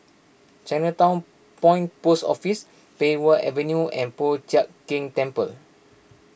Chinatown Point Post Office Pei Wah Avenue and Po Chiak Keng Temple